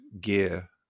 gear